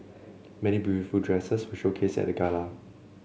many beautiful dresses were showcased at the gala